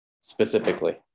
specifically